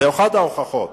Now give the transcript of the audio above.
זו אחת ההוכחות,